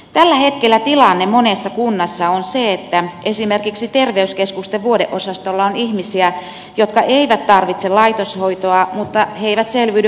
tällä hetkellä tilanne monessa kunnassa on se että esimerkiksi terveyskeskusten vuodeosastoilla on ihmisiä jotka eivät tarvitse laitoshoitoa mutta he eivät selviydy kotona